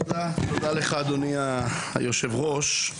תודה לך אדוני היושב-ראש.